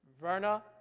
Verna